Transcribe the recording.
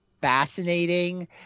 fascinating